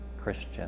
Christian